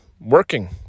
working